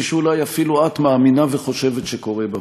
שאולי אפילו את מאמינה וחושבת שקורה בפועל.